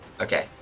Okay